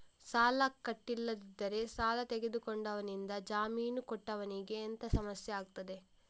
ಸಾಲ ಕಟ್ಟಿಲ್ಲದಿದ್ದರೆ ಸಾಲ ತೆಗೆದುಕೊಂಡವನಿಂದ ಜಾಮೀನು ಕೊಟ್ಟವನಿಗೆ ಎಂತ ಸಮಸ್ಯೆ ಆಗ್ತದೆ?